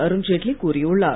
அருண்ஜேட்லி கூறியுள்ளார்